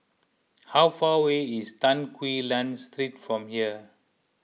how far away is Tan Quee Lan Street from here